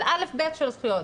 על א'-ב' של זכויות.